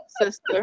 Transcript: sister